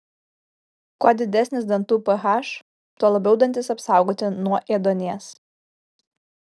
kuo didesnis dantų ph tuo labiau dantys apsaugoti nuo ėduonies